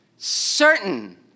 certain